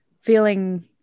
feeling